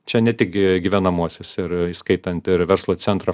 čia ne tik gy gyvenamuosius ir įskaitant ir verslo centrą